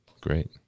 Great